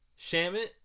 Shamit